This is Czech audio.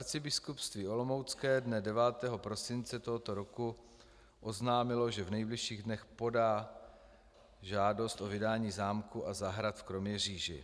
Arcibiskupství olomoucké dne 9. prosince tohoto roku oznámilo, že v nejbližších dnech podá žádost o vydání zámku a zahrad v Kroměříži.